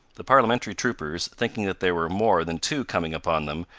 the parliamentary troopers, thinking that there were more than two coming upon them,